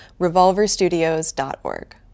revolverstudios.org